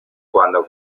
cuando